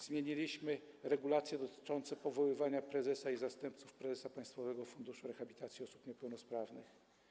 Zmieniliśmy regulacje dotyczące powoływania prezesa i zastępców prezesa Państwowego Funduszu Rehabilitacji Osób Niepełnosprawnych.